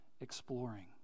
exploring